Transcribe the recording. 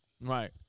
Right